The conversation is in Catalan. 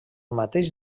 mateix